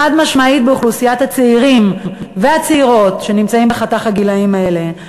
חד-משמעית באוכלוסיית הצעירים והצעירות שנמצאים בחתך הגילאים האלה.